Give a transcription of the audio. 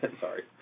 Sorry